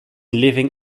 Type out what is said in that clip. living